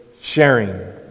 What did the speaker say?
sharing